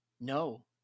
No